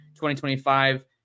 2025